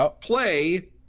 play